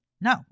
No